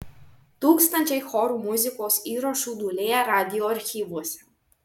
tūkstančiai chorų muzikos įrašų dūlėja radijo archyvuose